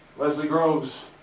leslie groves,